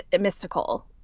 mystical